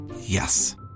Yes